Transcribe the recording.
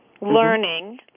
learning